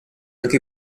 anche